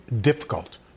difficult